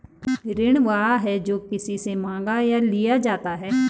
ऋण वह है, जो किसी से माँगा या लिया जाता है